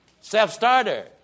Self-starter